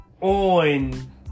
On